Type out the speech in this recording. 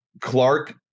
Clark